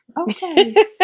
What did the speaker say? Okay